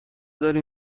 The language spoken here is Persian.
داری